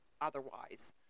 otherwise